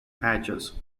patches